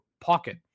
pocket